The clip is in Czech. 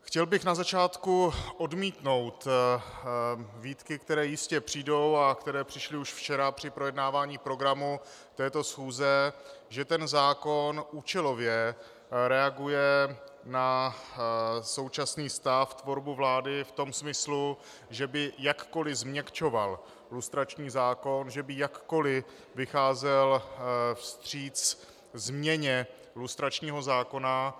Chtěl bych na začátku odmítnout výtky, které jistě přijdou a které přišly už včera při projednávání programu této schůze, že zákon účelově reaguje na současný stav tvorbu vlády v tom smyslu, že by jakkoliv změkčoval lustrační zákon, že by jakkoliv vycházel vstříc změně lustračního zákona.